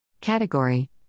Category